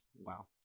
wow